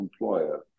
employer